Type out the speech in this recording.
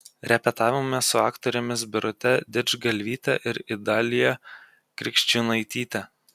repetavome su aktorėmis birute didžgalvyte ir idalija krikščiūnaityte